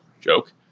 joke